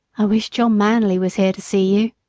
i wish john manly was here to see you.